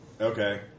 Okay